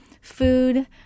food